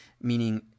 meaning